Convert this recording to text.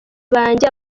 banjye